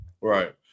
Right